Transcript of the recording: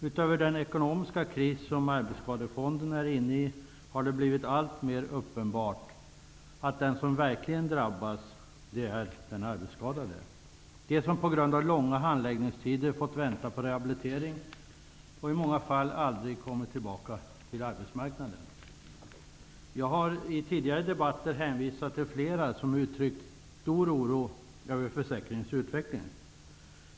Utöver den ekonomiska kris som arbetsskadefonden är inne i har det blivit alltmer uppenbart att de som verkligen drabbas är de arbetsskadade, de som på grund av långa handläggningstider fått vänta på rehabilitering och i många fall aldrig kommit tillbaka till arbetsmarknaden. Jag har i tidigare debatter hänvisat till flera som uttryckt stor oro över försäkringens utveckling.